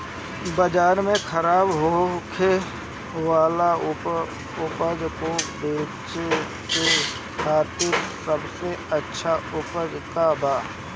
बाजार में खराब होखे वाला उपज को बेचे के खातिर सबसे अच्छा उपाय का बा?